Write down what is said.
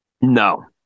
No